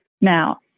Now